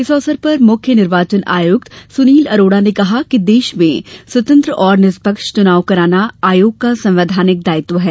इस अवसर पर मुख्य निर्वाचन आयुक्त सुनील अरोड़ा ने कहा कि देश में स्वतंत्र और निष्पक्ष च्रनाव कराना आयोग का संवैधानिक दायित्व है